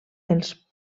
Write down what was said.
els